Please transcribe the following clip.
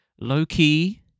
low-key